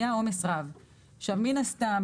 מן הסתם,